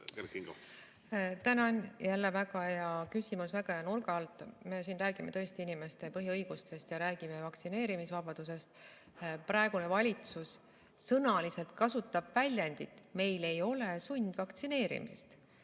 Tänan! Jälle väga hea küsimus, väga hea nurga alt. Me siin räägime tõesti inimeste põhiõigustest ja vaktsineerimisvabadusest. Praegune valitsus kasutab väljendit "meil ei ole sundvaktsineerimist".